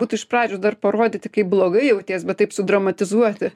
būtų iš pradžių dar parodyti kaip blogai jauties bet taip sudramatizuoti